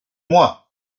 moi